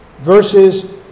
verses